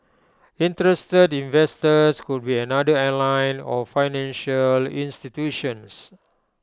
interested investors could be another airline or financial institutions